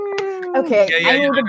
Okay